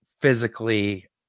physically